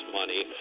money